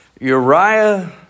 Uriah